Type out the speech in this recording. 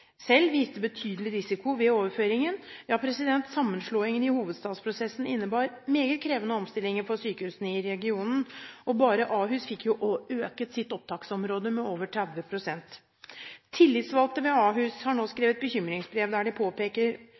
selv viste betydelig risiko ved overføringen. Ja, sammenslåingen i hovedstadsprosessen innebar meget krevende omstillinger for sykehusene i regionen. Bare Ahus fikk økt sitt opptaksområde med over 30 pst. Tillitsvalgte ved Ahus har nå skrevet bekymringsbrev der de påpeker